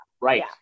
Right